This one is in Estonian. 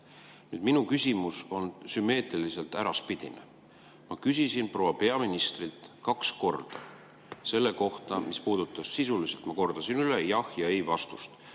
Minu küsimus on sümmeetriliselt äraspidine. Ma küsisin proua peaministrilt kaks korda selle kohta, mis puudutas sisuliselt – ma kordasin üle, et soovin